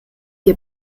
dir